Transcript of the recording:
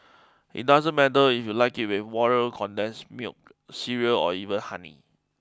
it doesn't matter if you like it with water condensed milk cereal or even honey